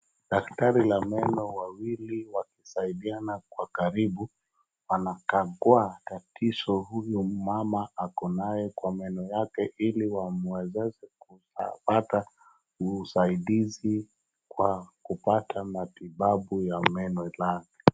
Dakatari la meno wawili wakisaidiana kwa karibu. Wanakagua tatizo huyo mama ako naye kwa meno yake iliwamwezeshe kupata usaidizi kwa kupata matibabu ya meno lake.